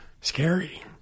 scary